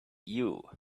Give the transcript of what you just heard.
you